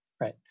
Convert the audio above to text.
Right